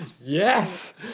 Yes